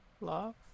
Love